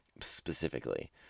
Specifically